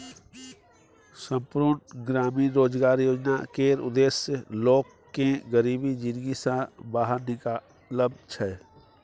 संपुर्ण ग्रामीण रोजगार योजना केर उद्देश्य लोक केँ गरीबी जिनगी सँ बाहर निकालब छै